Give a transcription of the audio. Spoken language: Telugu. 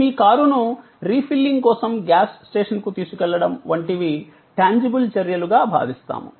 మీ కారును రీఫిల్లింగ్ కోసం గ్యాస్ స్టేషన్కు తీసుకెళ్లడం వంటివి టాంజిబుల్ చర్యలు గా భావిస్తాము